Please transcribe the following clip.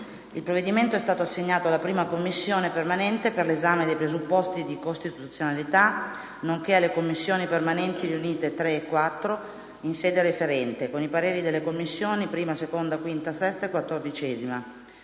Il provvedimento è stato assegnato alla la Commissione permanente per l'esame dei presupposti di costituzionalità, nonché alle Commissioni permanenti riunite 3a e 4a, in sede referente, con i pareri delle Commissioni la, 2a, 5a, 6a e 14a.